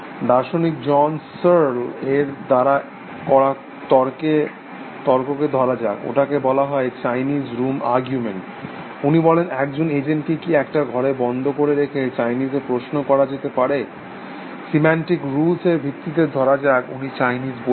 দার্শনিক John Searle এর দ্বারা করা তর্ককে ধরা যাক ওটাকে বলা হয় চাইনিজ রুম আর্গুমেন্ট উনি বলেন একজন এজেন্টকে কি একটা ঘরে বন্ধ করে রেখে চাইনিজে প্রশ্ন করা যেতে পারে সিন্ট্যাটিক রুলস এর ভিত্তিতে ধরা যাক উনি চাইনিজ বোঝে